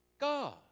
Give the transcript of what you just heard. God